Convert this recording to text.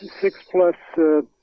six-plus –